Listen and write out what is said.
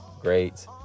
great